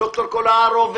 ד"ר קלהורה,